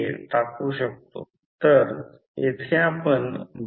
काही चांगली पुस्तके घ्या आणि ते कसे सोडवत आहेत ते पहा